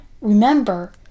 remember